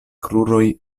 kruroj